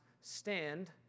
stand